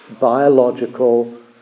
biological